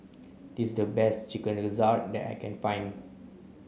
this is the best chicken gizzard that I can find